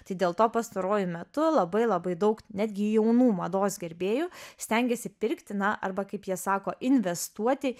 tai dėl to pastaruoju metu labai labai daug netgi jaunų mados gerbėjų stengiasi pirkti na arba kaip jie sako investuoti